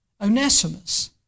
Onesimus